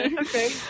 okay